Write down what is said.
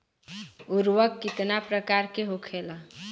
उर्वरक कितना प्रकार के होखेला?